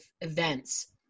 events